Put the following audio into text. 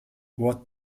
what